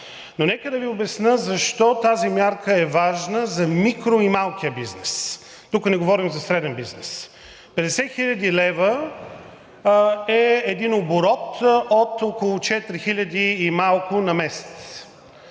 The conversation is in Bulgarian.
Но нека да Ви обясня защо тази мярка е важна за микро- и малкия бизнес, тук не говорим за среден бизнес. Петдесет хиляди лева е един оборот от около 4 хиляди и малко на месец.